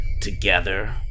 together